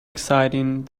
exciting